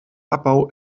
abbau